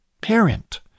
parent